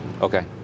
Okay